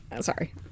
Sorry